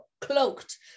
cloaked